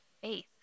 faith